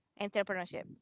entrepreneurship